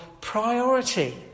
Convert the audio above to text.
priority